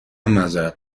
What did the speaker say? معذرت